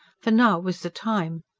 for now was the time.